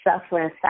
suffering